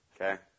okay